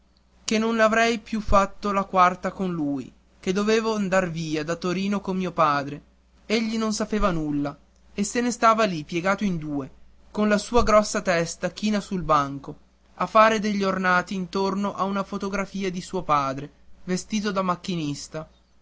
che non avrei più fatta la quarta con lui che dovevo andar via da torino con mio padre egli non sapeva nulla e se ne stava lì piegato in due con la sua grossa testa china sul banco a fare degli ornati intorno a una fotografia di suo padre vestito da macchinista